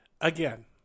again